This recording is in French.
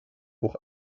pour